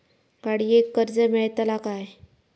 गाडयेक कर्ज मेलतला काय?